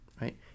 right